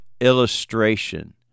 illustration